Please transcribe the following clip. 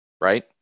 right